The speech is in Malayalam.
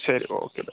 ശരി ഓക്കെ ബൈ